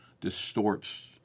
distorts